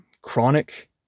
chronic